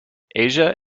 asia